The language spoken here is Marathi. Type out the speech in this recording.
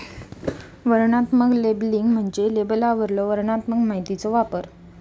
वर्णनात्मक लेबलिंग म्हणजे लेबलवरलो वर्णनात्मक माहितीचो वापर